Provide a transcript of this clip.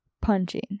punching